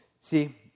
See